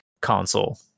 console